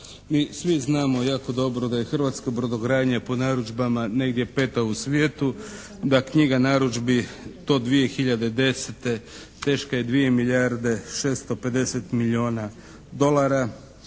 Mi svi znamo jako dobro da je hrvatska brodogradnja po narudžbama negdje peta u svijetu, da knjiga narudžbi do 2010. teška je 2 milijarde 650 milijuna dolara,